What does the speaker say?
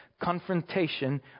confrontation